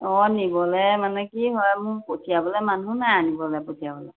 অঁ নিবলে মানে কি হয় মোক পঠিয়াবলে মানুহ নাই আনিবলে পঠিয়াবলে